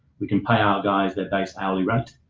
we can pay our guys their base hourly rate?